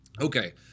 Okay